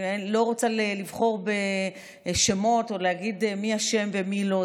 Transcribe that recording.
אני לא רוצה לבחור בשמות או להגיד מי אשם ומי לא,